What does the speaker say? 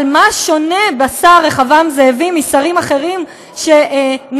אבל מה שונה השר רחבעם זאבי משרים אחרים שנהרגו,